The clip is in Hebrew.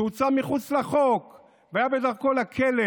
שהוצא מחוץ לחוק והיה בדרכו לכלא